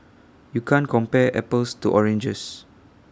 you can't compare apples to oranges